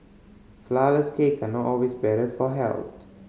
flourless cakes are not always better for health